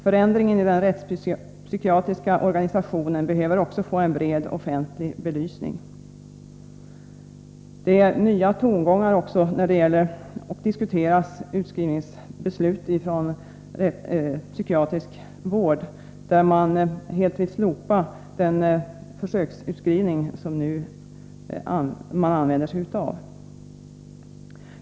Förändringen i den rättspsykiatriska organisationen behöver också få en bred offentlig belysning. Det är också nya tongångar när man diskuterar beslut om utskrivning från psykiatrisk vård, där man helt vill slopa den försöksutskrivning som nu tillämpas.